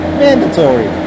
mandatory